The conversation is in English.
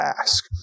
ask